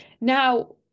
Now